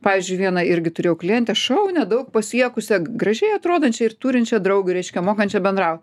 pavyzdžiui vieną irgi turėjau klientę šaunią daug pasiekusią gražiai atrodančią ir turinčią draugių reiškia mokančią bendraut